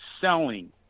selling